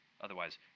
Otherwise